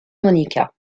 monica